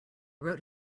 wrote